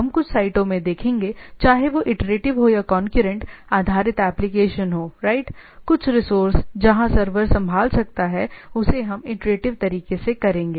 हम कुछ साइटों में देखेंगे चाहे वह इटरेटिव हो या कौनक्यूरेंट आधारित एप्लिकेशन हो राइट कुछ रिसोर्स जहां सर्वर संभाल सकता है उसे हम इटरेटिव तरीके से करेंगे